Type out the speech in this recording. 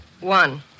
One